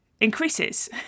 increases